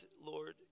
Lord